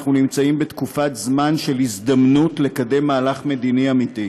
אנחנו נמצאים בתקופה של הזדמנות לקדם מהלך מדיני אמיתי,